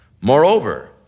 Moreover